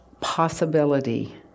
possibility